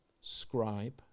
scribe